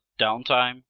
downtime